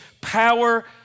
power